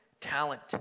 talent